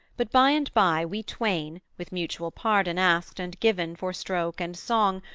but by and by we twain, with mutual pardon asked and given for stroke and song,